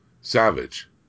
Savage